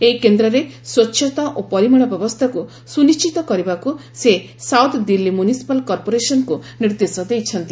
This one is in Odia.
ଏହି କେନ୍ଦ୍ରରେ ସ୍ୱଚ୍ଚତା ଓ ପରିମଳ ବ୍ୟବସ୍ଥାକୁ ସୁନିଶ୍ଚିତ କରିବାକୁ ସେ ସାଉଥ ଦିଲ୍ଲୀ ମ୍ୟୁନିସିପାଲ କର୍ପୋରସନକୁ ନିର୍ଦ୍ଦେଶ ଦେଇଛନ୍ତି